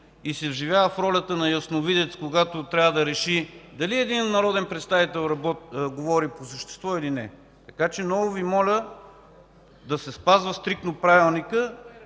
и се изживява в ролята на ясновидец, когато трябва да реши дали даден народен представител говори по същество, или не. Много Ви моля да се спазва стриктно Правилникът